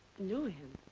knew him?